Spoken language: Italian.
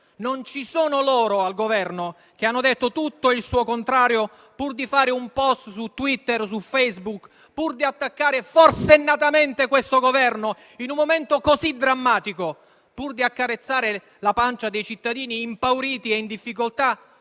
non ci sono loro, che hanno detto tutto e il suo contrario, pur di fare un *post* su Twitter o Facebook, di attaccare forsennatamente questo Governo in un momento così drammatico, di accarezzare la pancia dei cittadini impauriti e in difficoltà